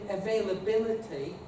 availability